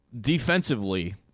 defensively